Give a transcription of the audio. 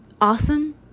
awesome